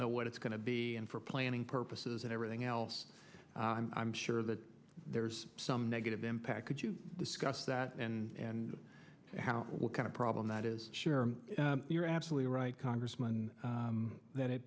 know what it's going to be and for planning purposes and everything else i'm sure that there's some negative impact could you discuss that and how what kind of problem that is sure you're absolutely right congressman that it